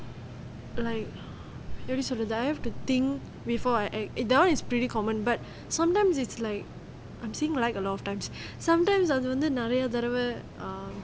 like the rest of time I have to think before I act that one is pretty common but sometimes it's like I'm saying like a lot of times sometimes அது வந்து நெறய தடவ:athu vanthu neraya thadava